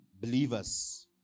believers